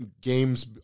games